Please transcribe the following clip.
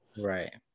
right